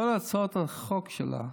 כל הצעות החוק שלה,